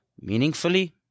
meaningfully